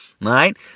right